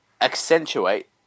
accentuate